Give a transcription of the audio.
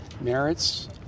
merits